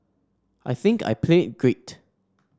I think I played great